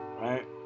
right